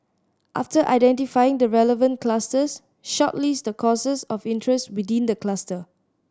after identifying the relevant clusters shortlist the courses of interest within the cluster